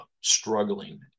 struggling